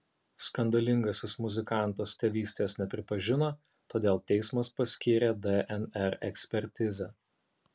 skandalingasis muzikantas tėvystės nepripažino todėl teismas paskyrė dnr ekspertizę